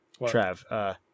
Trav